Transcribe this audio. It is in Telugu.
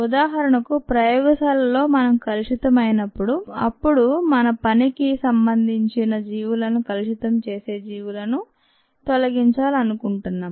ఉదాహరణకు ప్రయోగశాలలలో మనం కలుషితమైనప్పుడు అప్పుడు మన పనికి సంబంధించిన జీవులను కలుషితం చేసే జీవులను తొలగించాలనుకుంటున్నాం